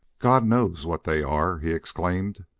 god knows what they are! he exclaimed,